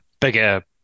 bigger